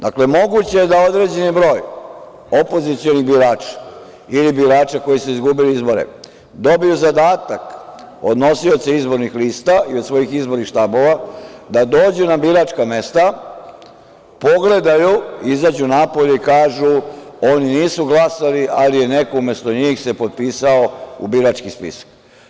Dakle, moguće je da određeni broj opozicionih birača ili birača koji su izgubili izbore dobiju zadatak od nosioca izbornih lista i od svojih izbornih štabova da dođu na biračka mesta, pogledaju, izađu napolje i kažu - oni nisu glasali, ali se neko umesto njih potpisao u birački spisak.